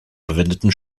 verwendeten